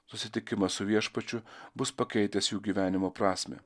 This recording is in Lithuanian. susitikimas su viešpačiu bus pakeitęs jų gyvenimo prasmę